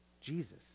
Jesus